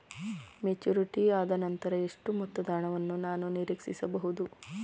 Maturity ಆದನಂತರ ಎಷ್ಟು ಮೊತ್ತದ ಹಣವನ್ನು ನಾನು ನೀರೀಕ್ಷಿಸ ಬಹುದು?